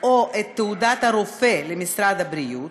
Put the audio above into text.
או את תעודת הרופא למשרד הבריאות,